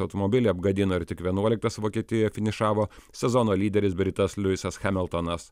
automobilį apgadino ir tik vienuoliktas vokietijoje finišavo sezono lyderis britas liuisas hamiltonas